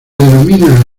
denomina